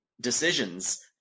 decisions